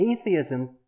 atheism